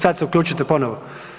sad se uključite ponovo.